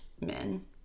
men